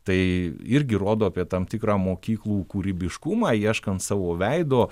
tai irgi rodo apie tam tikrą mokyklų kūrybiškumą ieškant savo veido